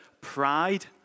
pride